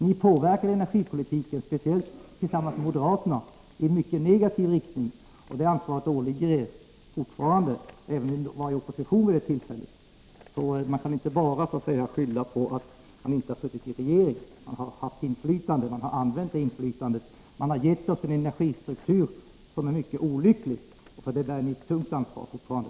Ni påverkade energipolitiken, speciellt tillsammans med moderaterna, i en mycket negativ riktning, och det ansvaret vilar på er fortfarande, även om ni var i opposition vid det tillfället. Man kan inte bara skylla på att man inte har suttit i regeringsställning. Ni har haft inflytande, ni har använt det inflytandet och ni har gett oss en energistruktur som är mycket olycklig, och för det bär ni ett mycket tungt ansvar fortfarande.